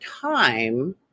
time